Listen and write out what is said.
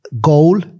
goal